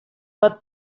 but